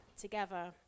together